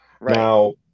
Now